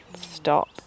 stop